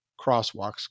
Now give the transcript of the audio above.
crosswalks